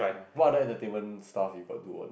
what other entertainment stuff you got do on the